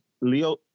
Leo